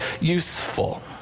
useful